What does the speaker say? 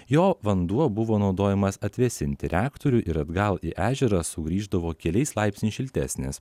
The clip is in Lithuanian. jo vanduo buvo naudojamas atvėsinti reaktorių ir atgal į ežerą sugrįždavo keliais laipsniais šiltesnis